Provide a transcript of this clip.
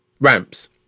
Ramps